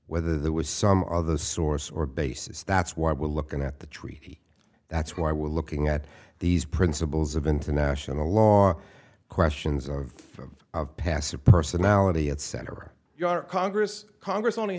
whether there was some other source or basis that's why we're looking at the treaty that's why we're looking at these principles of international law questions of pass a personality at center your congress congress only